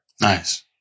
Nice